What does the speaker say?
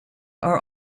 are